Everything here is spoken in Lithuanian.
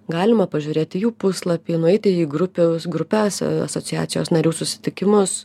galima pažiūrėti jų puslapį nueiti į grupių grupes asociacijos narių susitikimus